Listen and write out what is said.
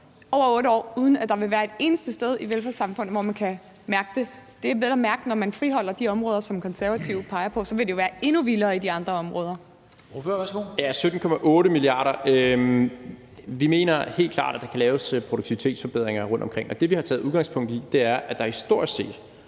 over 8 år, uden at der vil være et eneste sted i velfærdssamfund, hvor man kan mærke det? Og det er vel at mærke, når man friholder de områder, som Konservative peger på. Og så vil det jo være endnu vildere på de andre områder. Kl. 14:25 Formanden (Henrik Dam Kristensen): Ordføreren, værsgo. Kl. 14:25 Rasmus Jarlov (KF): Ja, det er 17,8 mia. kr. Vi mener helt klart, at der kan laves produktivitetsforbedringer rundtomkring, og det, vi har taget udgangspunkt i, er, at der historisk set